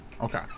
Okay